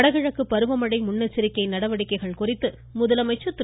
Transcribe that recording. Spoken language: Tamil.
வடகிழக்கு பருவ மழை முன்னெச்சரிக்கை நடவடிக்கைகள் குறித்து முதலமைச்சர் திரு